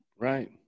Right